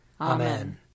Amen